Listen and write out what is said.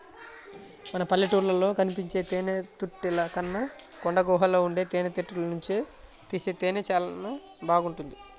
మన పల్లెటూళ్ళలో కనిపించే తేనెతుట్టెల కన్నా కొండగుహల్లో ఉండే తేనెతుట్టెల్లోనుంచి తీసే తేనె చానా బాగుంటది